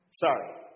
Sorry